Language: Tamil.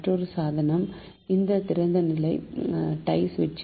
மற்றொரு சாதனம் இந்த திறந்த நிலை டை சுவிட்ச்